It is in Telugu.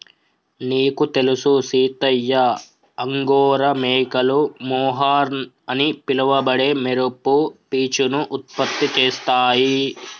నీకు తెలుసు సీతయ్య అంగోరా మేకలు మొహర్ అని పిలవబడే మెరుపు పీచును ఉత్పత్తి చేస్తాయి